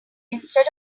instead